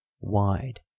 wide